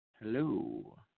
Hello